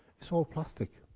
it's all plastic.